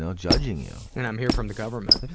and judging you. and i'm here from the government.